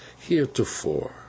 heretofore